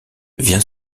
vint